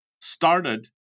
started